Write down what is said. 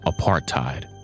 apartheid